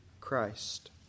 Christ